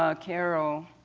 ah carole,